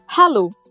Hello